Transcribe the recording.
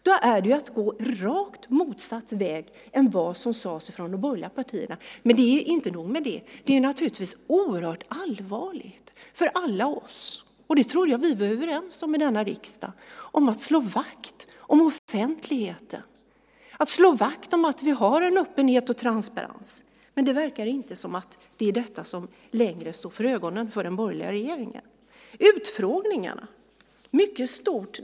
Det vore att gå rakt motsatt väg mot vad de borgerliga partierna sagt. Inte nog med det - det är naturligtvis oerhört allvarligt för alla. Jag trodde vi i denna riksdag var överens om att slå vakt om offentligheten, att slå vakt om öppenhet och transparens. Men det verkar som om den borgerliga regeringen inte längre har detta för ögonen. Ett mycket stort nummer gjordes av utfrågningarna.